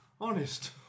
Honest